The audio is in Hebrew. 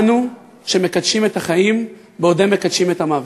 אנו שמקדשים את החיים, בעוד הם מקדשים את המוות.